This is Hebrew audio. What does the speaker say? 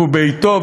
והוא בעתו,